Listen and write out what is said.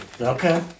Okay